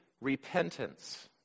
repentance